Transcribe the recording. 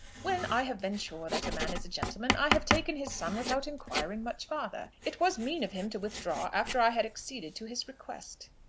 when i have been sure that a man is a gentleman, i have taken his son without inquiring much farther. it was mean of him to withdraw after i had acceded to his request.